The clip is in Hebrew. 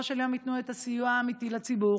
של יום ייתנו את הסיוע האמיתי לציבור,